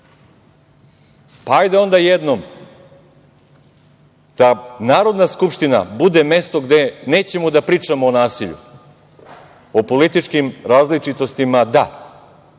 Pa, hajde onda jednom da Narodna skupština bude mesto gde nećemo da pričamo o nasilju, o političkim različitostima - da,